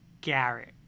Garrett